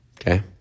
okay